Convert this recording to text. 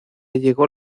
llegó